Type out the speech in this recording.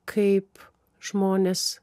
kaip žmonės